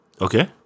Okay